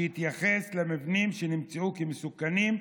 שיתייחס למבנים שנמצאו כמסוכנים,